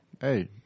Hey